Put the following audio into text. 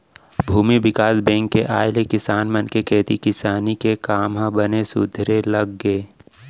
भूमि बिकास बेंक के आय ले किसान मन के खेती किसानी के काम ह बने सुधरे लग गे